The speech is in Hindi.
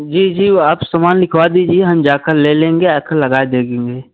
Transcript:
जी जी आप सामान लिखवा दीजिए हम जाकर ले लेंगे आकर लगा देंगे